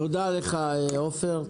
תודה לך, עופר.